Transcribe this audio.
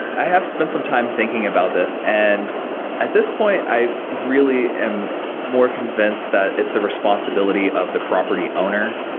i have spent some time thinking about this, and at this point, i really am more convinced that it's the responsibility of the property owner,